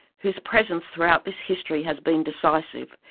whose presence throughout this history has been decisive,